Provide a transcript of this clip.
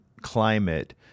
climate